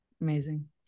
amazing